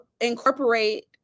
incorporate